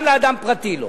גם לאדם פרטי לא,